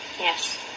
yes